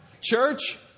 Church